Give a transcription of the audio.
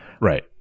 right